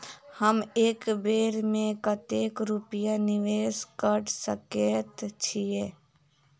हम एक बेर मे कतेक रूपया निवेश कऽ सकैत छीयै?